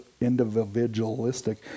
individualistic